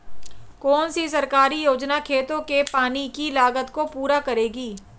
कौन सी सरकारी योजना खेतों के पानी की लागत को पूरा करेगी?